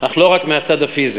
אך לא רק מהצד הפיזי: